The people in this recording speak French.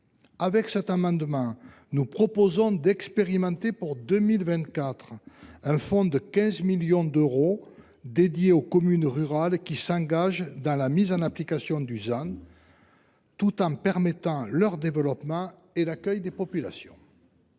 Par cet amendement, nous proposons d’expérimenter pour 2024 un fonds de 15 millions d’euros dédié aux communes rurales qui s’engagent dans la mise en application du ZAN, afin que cela n’entrave pas leur développement ni l’accueil des populations.